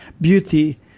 beauty